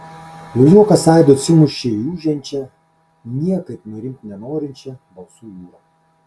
jo juokas aidu atsimušė į ūžiančią niekaip nurimti nenorinčią balsų jūrą